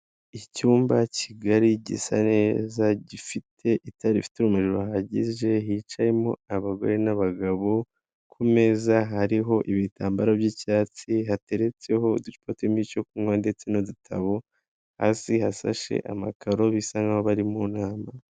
Icyumba kigali gisa neza, gifite itara rifite umuriro ruhagije, hicayemo abagore n'abagabo, kumeza hariho ibitambaro by'icyatsi, hateretseho uducupa turimo icyo kunywa ndetse n'udutabo. Hasi hasashe amakaro bisa nkaho bari mu nama.